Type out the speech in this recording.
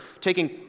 taking